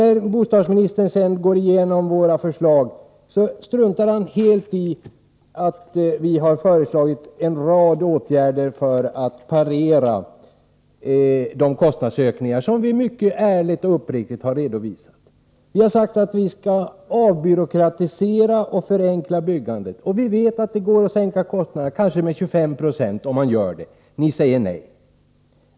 När bostadsministern går igenom våra förslag struntar han helt i att vi har föreslagit en rad åtgärder för att parera de kostnadsökningar som vi mycket ärligt och uppriktigt har redovisat. Vi har sagt att byggandet skall avbyråkratiseras och förenklas. Vi vet att det går att sänka kostnaderna, kanske med 25, om man gör på detta sätt. Ni säger nej.